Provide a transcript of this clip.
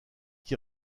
qui